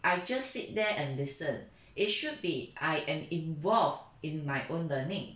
I just sit there and listen it should be I am involved in my own learning